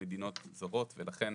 במדינות זרות ולכן